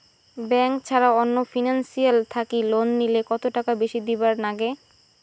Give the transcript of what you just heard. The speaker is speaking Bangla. ব্যাংক ছাড়া অন্য ফিনান্সিয়াল থাকি লোন নিলে কতটাকা বেশি দিবার নাগে?